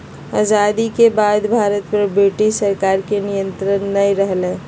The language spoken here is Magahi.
आजादी के बाद से भारत पर ब्रिटिश सरकार के नियत्रंण नय रहलय